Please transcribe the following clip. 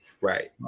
Right